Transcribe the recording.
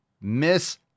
Miss